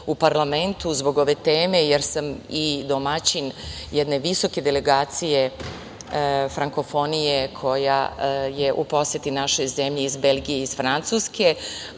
u parlamentu zbog ove teme, jer sam i domaćin jedne visoke delegacije Frankofonije koja je u poseti našoj zemlji iz Belgije i Francuske,